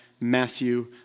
Matthew